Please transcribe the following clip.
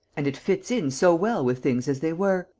and it fits in so well with things as they were,